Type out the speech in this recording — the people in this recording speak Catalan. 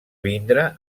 vindre